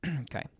Okay